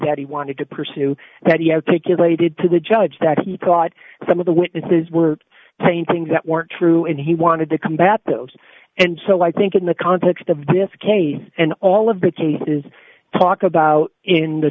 that he wanted to pursue that he had to kill a did to the judge that he thought some of the witnesses were paintings that weren't true and he wanted to combat those and so i think in the context of this case and all of the cases talk about in the